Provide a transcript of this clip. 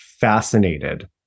fascinated